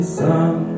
sun